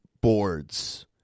boards